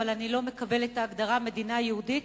אבל אני לא מקבל את ההגדרה 'מדינה יהודית',